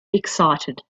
excited